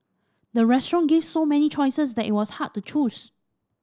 the restaurant gave so many choices that it was hard to choose